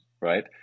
right